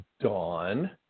dawn